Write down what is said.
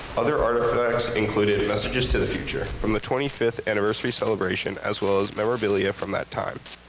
other artifacts included messages to the future from the twenty fifth anniversary celebration as well as memorabilia from that time.